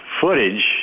footage